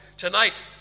Tonight